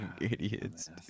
idiots